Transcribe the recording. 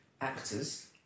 actors